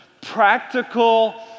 practical